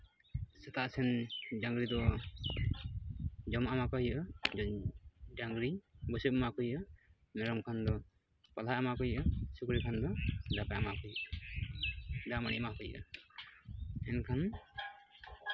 ᱥᱮᱛᱟᱜ ᱥᱮᱱ ᱰᱟᱝᱨᱤ ᱫᱚ ᱡᱚᱢᱟᱜ ᱮᱢᱟᱠᱚ ᱦᱩᱭᱩᱜᱼᱟ ᱰᱟᱝᱨᱤ ᱵᱩᱥᱩᱵ ᱮᱢᱟ ᱠᱚ ᱦᱩᱭᱩᱜᱼᱟ ᱢᱮᱨᱚᱢ ᱠᱷᱟᱡ ᱫᱚ ᱯᱟᱞᱦᱟ ᱮᱢᱟ ᱠᱚ ᱦᱩᱭᱩᱜᱼᱟ ᱥᱩᱠᱨᱤ ᱠᱷᱟᱱᱫᱚ ᱫᱟᱠᱟ ᱮᱢᱟᱠᱚ ᱦᱩᱭᱩᱜᱼᱟ ᱫᱟᱜ ᱢᱟᱹᱲᱤ ᱮᱢᱟᱠᱚ ᱦᱩᱭᱩᱜᱼᱟ ᱮᱱᱠᱷᱟᱱ